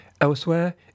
Elsewhere